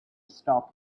stop